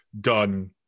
done